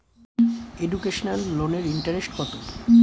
Educational লোনের interest কত?